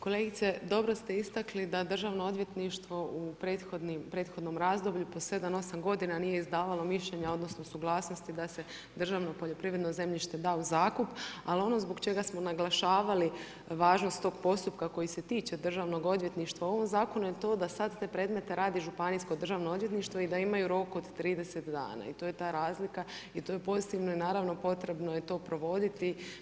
Kolegice, dobro ste istakli da državno odvjetništvo u prethodnom razdoblju po sedam, osam godina nije izdavalo mišljenje odnosno suglasnosti da se državno poljoprivredno zemljište da u zakup, ali zbog čega smo naglašavali važnost tog postupka koji se tiče državnog odvjetništva u ovom zakonu je to da sada te predmete radi županijsko državno odvjetništvo i da imaju rok od 30 dana i to je ta razlika i to je pozitivno i naravno potrebno je to provoditi.